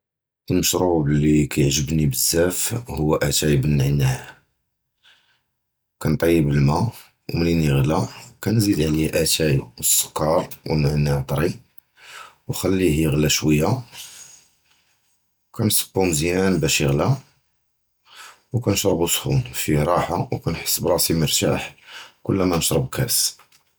הַמַּשְרוּב לִי קִתְעַגְ'בְנִי בְזַאפ הוּוּ אִתַאי בַנְנַעַע, קִנְטַיְבּ הַמַּא וּמִנִין יִגְלַא קִנְזִיד עַלֵה אִתַאי וְסֻכַּר וְנַעְנַעַע טַרִי וְנַחְלִיֵה יִגְלַא שוּיָא, קִנְסְבּוּ מְזִיַאן בַּאש יִגְלַא וְקַאנְשְרַבוּ סְחוּן פִיה רַחָה וְקַאנְחַס בְרַאסִי מֻרְתַאח כְּלַא מַא נִשְרַב קַאס.